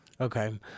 Okay